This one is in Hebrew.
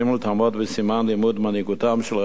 תעמוד בסימן לימוד מנהיגותם של ראשי